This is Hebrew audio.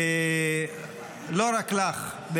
לא רק לך,